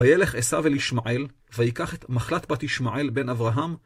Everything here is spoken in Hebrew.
ויילך עשיו אל ישמעאל, ויקח את מחלת בת ישמעאל בן אברהם,